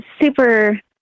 super